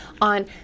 on